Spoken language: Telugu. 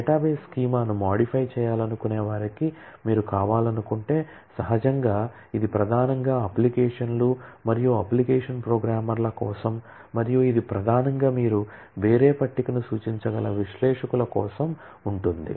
డేటాబేస్ స్కీమాను మోడిఫై చేయలనుకునేవారికి మీరు కావాలనుకుంటే సహజంగా ఇది ప్రధానంగా అప్లికేషన్ లు మరియు అప్లికేషన్ ప్రోగ్రామర్ల కోసం మరియు ఇది ప్రధానంగా మీరు వేరే టేబుల్ ను సూచించగల విశ్లేషకుల కోసం ఉంటుంది